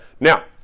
Now